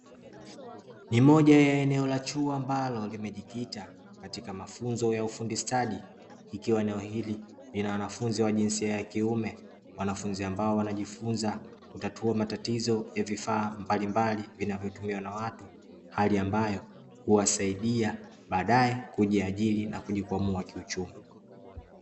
Ni moja la eneo la chuo ambalo limejikita na mafunzo ya ufundi stadi, eneo hili lina wanafunzi wa jinsia ya kiume, wanafunzi ambao wanajifunza kutatua matatizo ya vifaa mbalimbali vinavyotumiwa na watu, hali ambayo huwasaidia kujiajiri na kujikwamua kiuchumi.